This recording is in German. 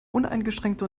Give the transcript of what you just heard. uneingeschränkte